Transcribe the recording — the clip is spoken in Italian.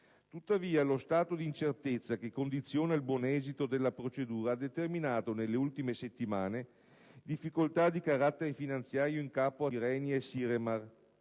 Tuttavia, lo stato di incertezza che condiziona il buon esito della procedura nelle ultime settimane ha determinato difficoltà di carattere finanziario in capo a Tirrenia e Siremar,